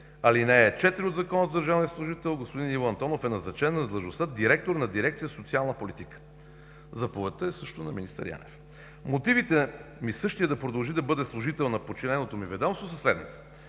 ал. 4 от Закона за държавния служител, господин Иво Антонов е назначен на длъжността „директор на дирекция „Социална политика“. Заповедта също е на министър Янев. Мотивите ми същият да продължи да бъде служител в подчиненото ми ведомство са следните.